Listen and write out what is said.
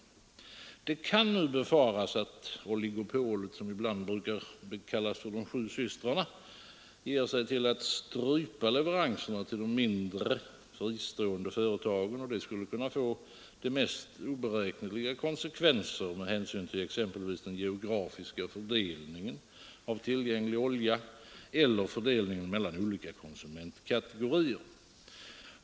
Det kan nu befaras att oligopolet, som ibland kallas De sju systrarna, ger sig till att strypa leveranserna till de mindre, fristående företagen, och det skulle kunna få de mest oberäkneliga konsekvenser med hänsyn till exempelvis den geografiska fördelningen av tillgänglig olja eller fördelningen mellan olika konsumentkategorier.